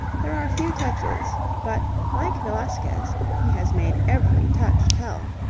there are few touches, but like velasquez, he has made every touch tell.